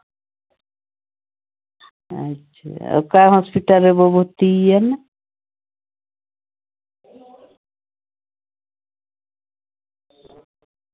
ᱟᱪᱪᱷᱟ ᱚᱠᱟ ᱦᱚᱥᱯᱤᱴᱟᱞ ᱨᱮᱵᱚᱱ ᱵᱷᱩᱨᱛᱤᱭᱮᱭᱟ ᱱᱟᱝ